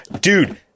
Dude